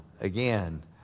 again